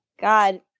God